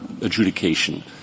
adjudication